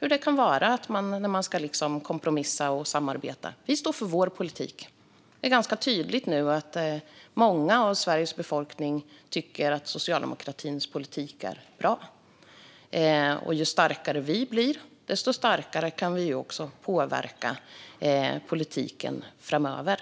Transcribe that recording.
hur det kan vara när man ska kompromissa och samarbeta. Vi står för vår politik. Det är ganska tydligt att många i Sveriges befolkning tycker att socialdemokratins politik är bra. Och ju starkare vi blir desto starkare kan vi också påverka politiken framöver.